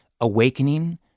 awakening